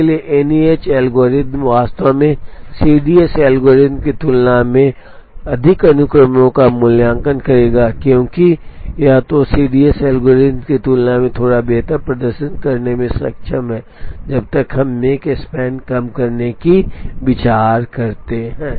इसलिए NEH algorithm वास्तव में सीडीएस एल्गोरिदम की तुलना में अधिक अनुक्रमों का मूल्यांकन करेगा क्योंकि या तो यह सीडीएस एल्गोरिथ्म की तुलना में थोड़ा बेहतर प्रदर्शन करने में सक्षम है जब हम मेक स्पैन कम करने पर विचार करते हैं